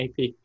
AP